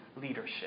leadership